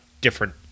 different